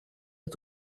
est